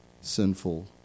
sinful